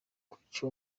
kwica